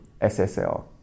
SSL